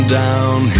down